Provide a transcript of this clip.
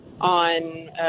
on